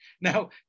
now